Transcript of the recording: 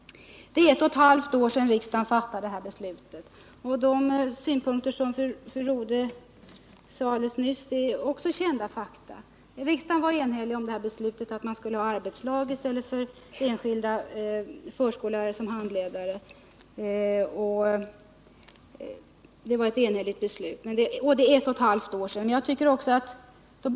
Det är ett och ett halvt år sedan riksdagen fattade det här beslutet. De synpunkter som fru Rodhe framförde nyss är också kända fakta. Riksdagen var enhällig i beslutet att man skall ha arbetslag i stället för enskilda förskollärare som handledare. Och det är som sagt ett och ett halvt år sedan beslutet fattades.